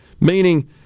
meaning